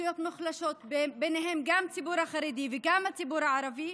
אוכלוסיות מוחלשות ובהן גם הציבור החרדי וגם הציבור הערבי,